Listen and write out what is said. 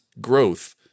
growth